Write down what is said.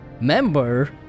member